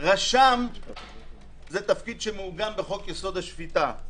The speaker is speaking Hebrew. רשם זה תפקיד שמעוגן בחוק יסוד: השפיטה.